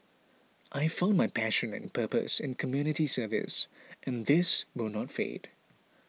I found my passion and purpose in community service and this will not fade